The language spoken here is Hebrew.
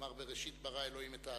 אמר "בראשית ברא אלוהים את האדם".